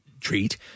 treat